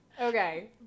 Okay